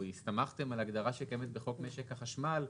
שהסתמכתם על הגדרה שקיימת בחוק משק החשמל,